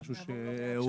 אבל זה היה מקודם.